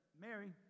Mary